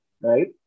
Right